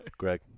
Greg